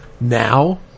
Now